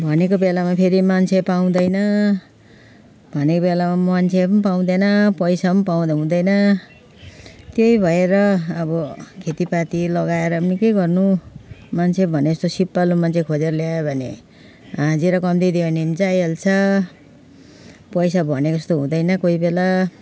भनेको बेलामा फेरि मान्छे पाउँदैन भनेको बेलामा मान्छे पाउँदैन पैसा पाउँ हुँदैन त्यही भएर अब खेतीपाती लगाएर पनि के गर्नु मान्छे भने जस्तो सिपालु मान्छे खोजेर ल्यायो भने हाजिरा कम्ती दियो भनेनि जाइहाल्छ पैसा भने जस्तो हुँदैन कोही बेला